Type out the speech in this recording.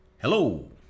Hello